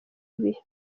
ibi